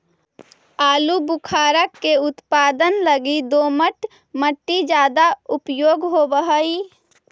आलूबुखारा के उत्पादन लगी दोमट मट्टी ज्यादा उपयोग होवऽ हई